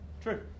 True